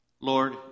Lord